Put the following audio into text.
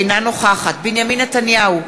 אינה נוכחת בנימין נתניהו,